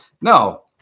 No